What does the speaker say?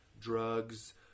drugs